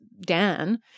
Dan